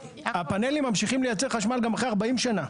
הפנלים ממשיכים לייצר חשמל גם אחרי 40 שנה.